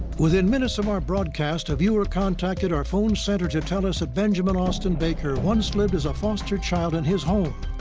within minutes of our broadcast, a viewer contacted our phone center to tell us that benjamin austin baker once lived as a foster child in his home.